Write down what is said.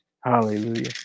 Hallelujah